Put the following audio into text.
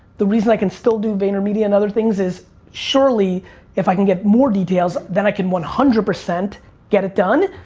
the reason i can still do vayner media and other things is surely if i can get more details than i can one hundred percent get it done.